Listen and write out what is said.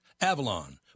Avalon